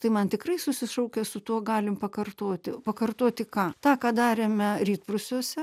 tai man tikrai susišaukia su tuo galim pakartoti pakartoti ką tą ką darėme rytprūsiuose